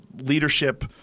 leadership